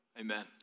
Amen